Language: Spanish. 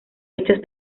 hechas